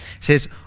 says